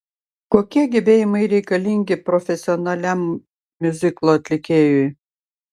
kokie gebėjimai reikalingi profesionaliam miuziklo atlikėjui